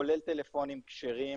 כולל טלפונים כשרים